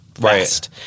Right